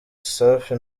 safi